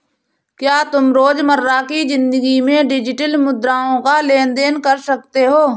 क्या तुम रोजमर्रा की जिंदगी में डिजिटल मुद्राओं का लेन देन कर सकते हो?